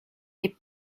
des